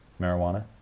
Marijuana